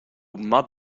mud